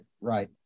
right